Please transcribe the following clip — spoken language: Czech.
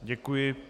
Děkuji.